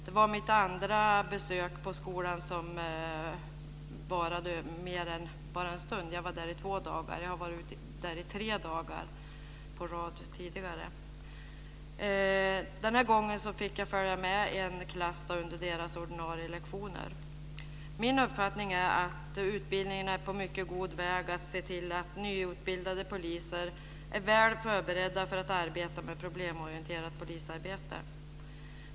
Det var mitt andra besök på skolan som varade mer än en stund. Den här gången var jag där i två dagar. Jag har tidigare varit där tre dagar i följd. Den här gången fick jag följa en klass under deras ordinarie lektioner. Min uppfattning är att utbildningen är på mycket god väg att se till att nyutbildade poliser är väl förberedda för att arbeta med problemorienterat polisarbete.